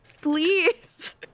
Please